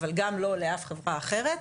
אבל גם לא לאף חברה אחרת,